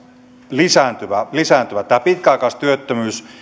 lisääntyvä lisääntyvä tämä pitkäaikaistyöttömyys